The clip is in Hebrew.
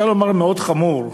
מאוד חמור.